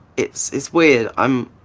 it's it's weird. i'm.